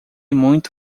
muito